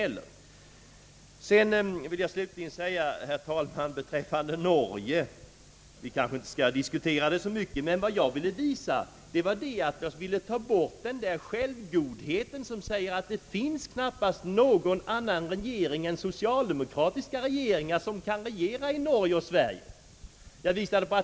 Norge skall vi kanske inte diskutera så mycket, men vad jag ville göra, herr talman, var att ta bort den där självgodheten som säger att det knappast finns några andra regeringar än socialdemokratiska som kan styra i Norge och Sverige.